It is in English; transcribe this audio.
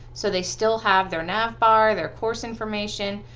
so they still have their nav bar, their course information,